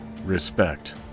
respect